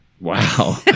Wow